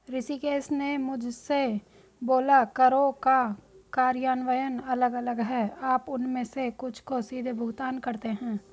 ऋषिकेश ने मुझसे बोला करों का कार्यान्वयन अलग अलग है आप उनमें से कुछ को सीधे भुगतान करते हैं